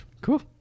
Cool